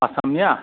आसामनिया